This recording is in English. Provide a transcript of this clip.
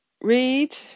read